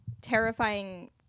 terrifying